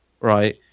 right